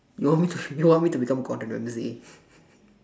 you want me to you want me to become gordon-ramsay